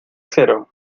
cero